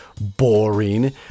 boring